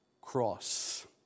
cross